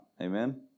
Amen